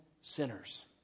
sinners